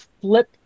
flip